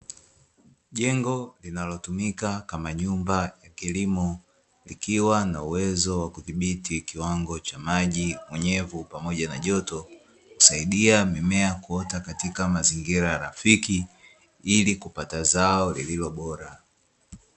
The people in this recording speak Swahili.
Jengo linalotumika kama nyumba ya kilimo likiwa na uwezo wa kudhibiti kiwango cha maji, unyevu pamoja na joto husaidia mimea kuota katika mazingira rafiki ili kupata zao lililo bora.